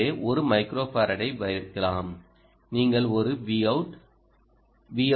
எனவே ஒரு மைக்ரோஃபாரட்டை வைக்கலாம் நீங்கள் ஒருVout Vout 2